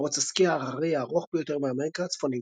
מרוץ הסקי ההררי הארוך ביותר באמריקה הצפונית,